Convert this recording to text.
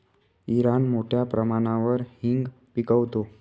Iran मोठ्या प्रमाणावर हिंग पिकवतो